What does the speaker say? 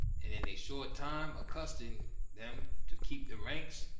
and in a short time accustomed them to keep the ranks,